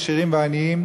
עשירים ועניים,